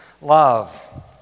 love